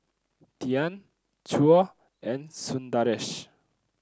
Dhyan Choor and Sundaresh